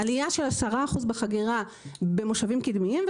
עלייה של 10% בחגירה במושבים קדמיים,